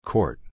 Court